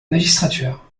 magistrature